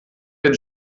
dem